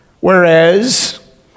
whereas